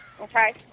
Okay